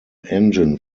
engine